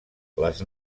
les